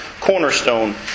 Cornerstone